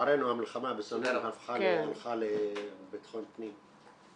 -- לצערנו המלחמה בסמים הפכה לביטחון פנים,